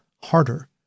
harder